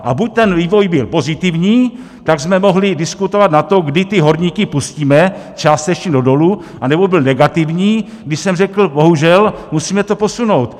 A buď ten vývoj byl pozitivní, tak jsme mohli diskutovat nad tím, kdy ty horníky pustíme částečně do dolů, anebo byl negativní, kdy jsem řekl bohužel, musíme to posunout.